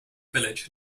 village